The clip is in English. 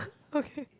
okay